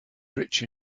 rich